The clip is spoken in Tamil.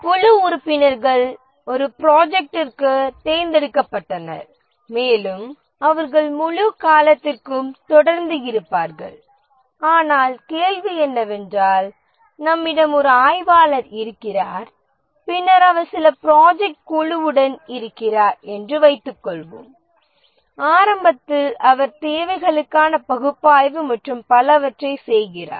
குழு உறுப்பினர்கள் ஒரு ப்ரோஜெக்ட்டிற்குத் தேர்ந்தெடுக்கப்பட்டனர் மேலும் அவர்கள் முழு காலத்திற்கும் தொடர்ந்து இருப்பார்கள் ஆனால் கேள்வி என்னவென்றால் நம்மிடம் ஒரு ஆய்வாளர் இருக்கிறார் பின்னர் அவர் சில ப்ராஜெக்ட் குழுவுடன் இருக்கிறார் என்று வைத்துக்கொள்வோம் ஆரம்பத்தில் அவர் தேவைகளுக்கான பகுப்பாய்வு மற்றும் பலவற்றைச் செய்கிறார்